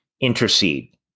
intercede